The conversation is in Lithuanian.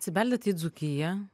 atsibeldėt į dzūkiją